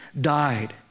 died